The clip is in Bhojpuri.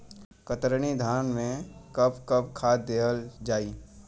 कतरनी धान में कब कब खाद दहल जाई?